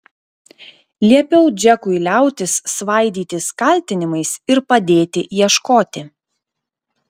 liepiau džekui liautis svaidytis kaltinimais ir padėti ieškoti